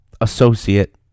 associate